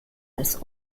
als